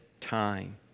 time